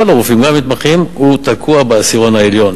של כל הרופאים והמתמחים תקוע בעשירון העליון,